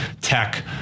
tech